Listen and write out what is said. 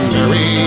Mary